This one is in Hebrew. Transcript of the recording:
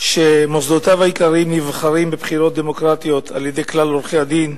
שמוסדותיו העיקריים נבחרים בבחירות דמוקרטיות על-ידי כלל עורכי-הדין,